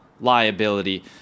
liability